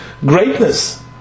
greatness